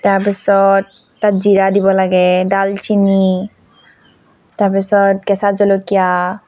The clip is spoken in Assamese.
তাৰপিছত তাত জীৰা দিব লাগে ডালচেনি তাৰপিছত কেঁচা জলকীয়া